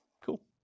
Cool